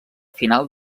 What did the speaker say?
final